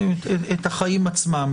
החיים עצמם.